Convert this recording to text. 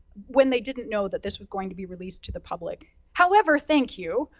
when they didn't know that this was going to be released to the public. however, thank you,